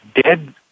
dead